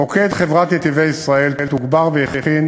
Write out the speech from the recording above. מוקד חברת "נתיבי ישראל" תוגבר והכין